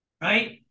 Right